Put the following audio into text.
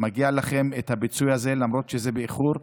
מגיע לכם הפיצוי הזה, למרות שזה באיחור,